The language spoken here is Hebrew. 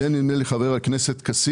נדמה לי על ידי חבר הכנסת כסיף,